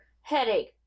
headache